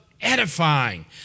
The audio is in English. edifying